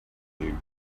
you